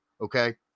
Okay